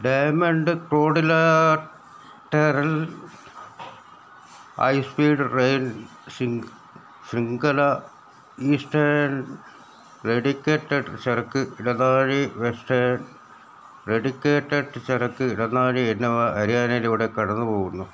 diamond quadrilateral high speed rail ശൃംഖല eastern dedicated ചരക്ക് ഇടനാഴി വെസ്റ്റേൺ ഡെഡിക്കേറ്റഡ് ചരക്ക് ഇടനാഴി എന്നിവ ഹരിയാനയിലൂടെ കടന്ന് പോകുന്നു